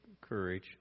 courage